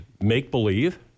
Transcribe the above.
make-believe